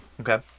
Okay